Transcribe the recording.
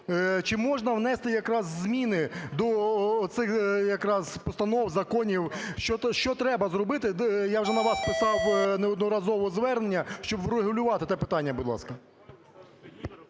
Чи можна внести якраз зміни до оцих якраз постанов, законів? Що треба зробити? Я вже на вас писав неодноразово звернення, щоб врегулювати те питання, будь ласка.